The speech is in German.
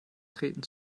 treten